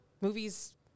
Movies